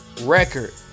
record